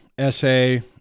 essay